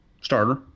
Starter